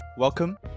Welcome